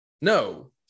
No